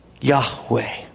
Yahweh